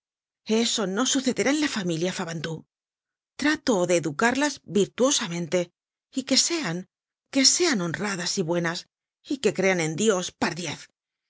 eso no sucederá en la familia fabantou trato de educarlas virtuosamente y que sean que sean honradas y buenas y que crean en dios pardiez